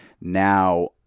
now